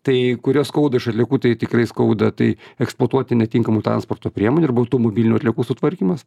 tai kurios skauda iš atliekų tai tikrai skauda tai eksploatuoti netinkamų transporto priemonių arba automobilinių atliekų sutvarkymas